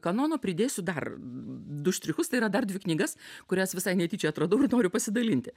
kanono pridėsiu dar du štrichus tai yra dar dvi knygas kurias visai netyčia atradau ir noriu pasidalinti